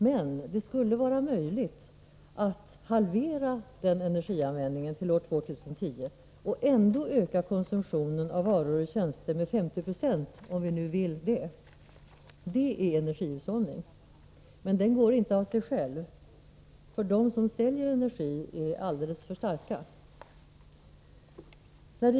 Men det skulle vara möjligt att halvera den energianvändningen till år 2010 och ändå öka konsumtionen av varor och tjänster med 50 96, om vi nu vill det. Det är energihushållning. Men den kommer inte av sig själv — de som säljer energi är alldeles för starka för det.